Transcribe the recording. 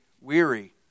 weary